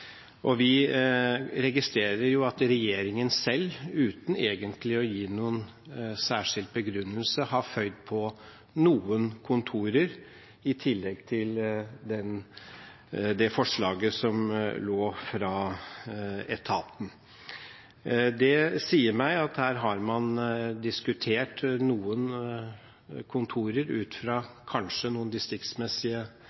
Vi registrerer at regjeringen selv – uten egentlig å gi noen særskilt begrunnelse – har føyd på noen kontorer i tillegg til det forslaget som er fra etaten. Det sier meg at her har man kanskje diskutert noen kontorer ut